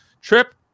trip